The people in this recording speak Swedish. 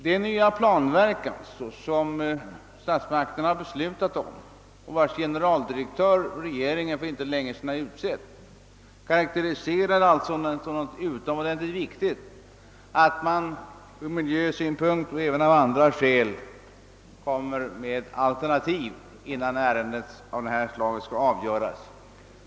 Det nya planverk, som statsmakterna har beslutat om och vars generaldirektör regeringen för inte länge sedan har tillsatt, karakteriserar alltså såsom någonting utomordentligt viktigt, att man från miljösynpunkt och även av andra skäl kommer med alternativ, innan ärenden av sådant här slag skall avgöras.